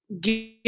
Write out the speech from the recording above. give